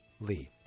Lee